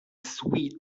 sweet